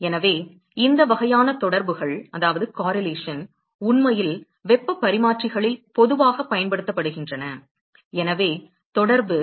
எனவே இந்த வகையான தொடர்புகள் உண்மையில் வெப்பப் பரிமாற்றிகளில் பொதுவாகப் பயன்படுத்தப்படுகின்றன எனவே தொடர்பு